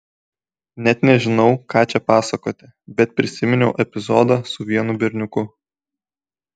net nežinau ką čia pasakoti bet prisiminiau epizodą su vienu berniuku